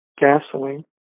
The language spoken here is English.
gasoline